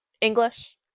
English